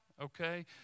okay